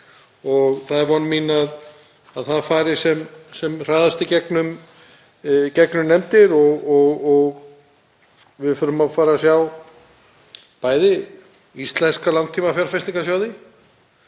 og það er von mín að það fari sem hraðast í gegnum nefndir. Við þurfum að fara að sjá bæði íslenska langtímafjárfestingarsjóði